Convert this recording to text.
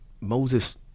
Moses